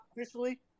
officially